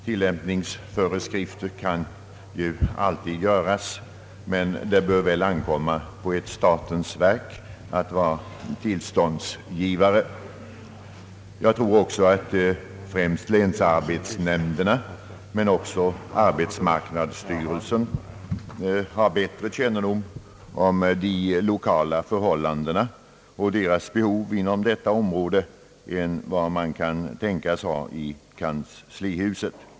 Tillämpningsföreskrifter kan ju alltid utfärdas, men det bör ankomma på ett statens verk att vara tillståndsgivare. Jag tror att länsarbetsnämnderna liksom också arbetsmarknadsstyrelsen har bättre kännedom om de lokala förhållandena och de föreliggande behoven inom detta område än vad man kan tänkas ha inom kanslihuset.